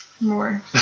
More